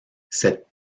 cette